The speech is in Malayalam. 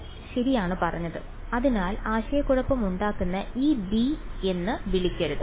നിങ്ങൾ ശരിയാണ് അതിനാൽ ആശയക്കുഴപ്പമുണ്ടാക്കുന്ന ഈ b എന്ന് വിളിക്കരുത്